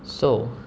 so